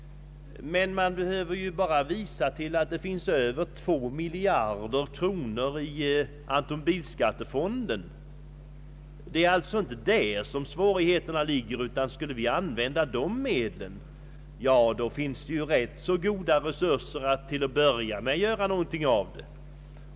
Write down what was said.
Men man behöver ju bara hänvisa till att det finns över två miljarder kronor i automobilskattefonden. Det är alltså inte på det området som svårigheterna ligger, ty skulle vi använda dessa medel fanns det goda resurser att till att börja med göra något.